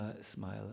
smile